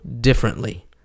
differently